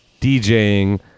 DJing